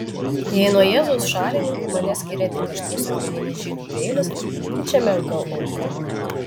jei nuo jėzaus šalininkų mane skiria tik aštrus akmeninis žydų peilis tai čia menka auka